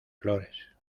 flores